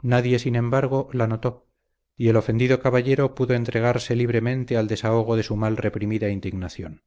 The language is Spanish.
nadie sin embargo la notó y el ofendido caballero pudo entregarse libremente al desahogo de su mal reprimida indignación